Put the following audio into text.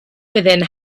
within